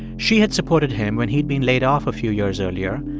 she had supported him when he'd been laid off a few years earlier.